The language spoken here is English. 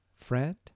friend